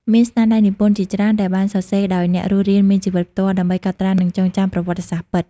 មានស្នាដៃនិពន្ធជាច្រើនដែលបានសរសេរដោយអ្នករស់រានមានជីវិតផ្ទាល់ ដើម្បីកត់ត្រានិងចងចាំប្រវត្តិសាស្ត្រពិត។